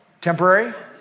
Temporary